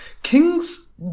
Kings